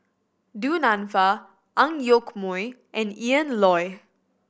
Du Nanfa Ang Yoke Mooi and Ian Loy